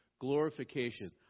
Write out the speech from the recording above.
glorification